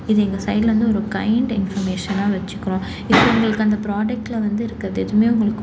இது எங்கள் சைட்லேருந்து ஒரு கைன்ட் இன்ஃபர்மேஷனாக வச்சுக்கிறோம் இப்போ உங்களுக்கு அந்த ப்ராடெக்டில் வந்து இருக்கிறது எதுவுமே உங்களுக்கு